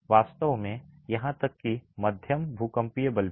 वास्तव में यहां तक कि मध्यम भूकंपीय बल भी